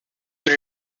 what